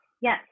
Yes